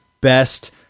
best